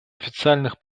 официальных